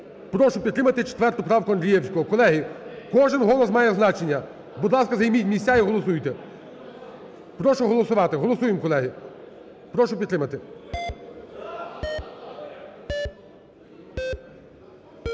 Прошу підтримати 4 правку Андрієвського. Колеги, кожен голос має значення. Будь ласка, займіть місця і голосуйте. Прошу проголосувати. Голосуємо, колеги. Прошу підтримати.